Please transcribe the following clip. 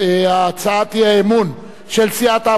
שהצעת האי-אמון של סיעת העבודה,